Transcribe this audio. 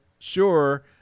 sure